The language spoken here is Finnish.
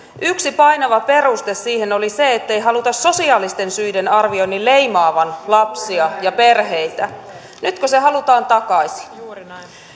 yksi painava peruste siihen oli se ettei haluta sosiaalisten syiden arvioinnin leimaavan lapsia ja perheitä nytkö se halutaan takaisin